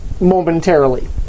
momentarily